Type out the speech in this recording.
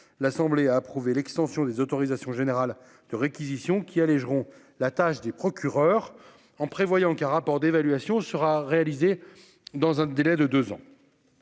L'assemblée a approuvé l'extension des autorisations générales de réquisition qui allégeront la tâche des procureurs en prévoyant qu'un rapport d'évaluation sera réalisée dans un délai de 2 ans.